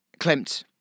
Klimt